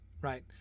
Right